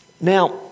Now